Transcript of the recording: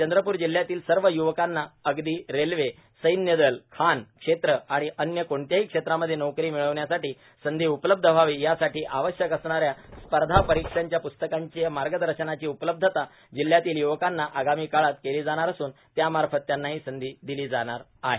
चंद्रपूर जिल्ह्यातील सव युवकांना अगदा रेल्वेसैन्यदल खाणक्षेत्र व अन्य कोणत्याहां क्षेत्रामध्ये नोकरी मिळवण्यासाठी संधी उपलब्ध व्हावी यासाठी आवश्यक असणाऱ्या स्पधा परीक्षांच्या पुस्तकांची मागदशनाची उपलब्धता जिल्ह्यातील युवकांना आगामी काळात केले जाणार असून त्यामाफत त्यांना हा संधी दिला जाणार आहे